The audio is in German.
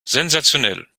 sensationell